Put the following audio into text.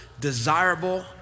desirable